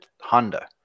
Honda